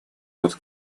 под